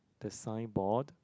the signboard